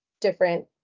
different